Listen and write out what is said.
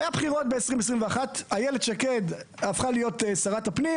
היה בחירות ב-2021 איילת שקד הפכה להיות שרת הפנים